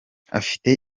afite